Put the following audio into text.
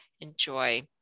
enjoy